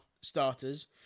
starters